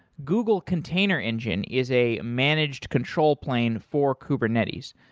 google container engine is a managed control plane for kubernetes.